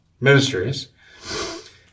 ministries